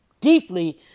deeply